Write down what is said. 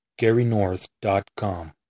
GaryNorth.com